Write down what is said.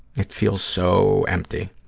it feels so empty.